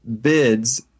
bids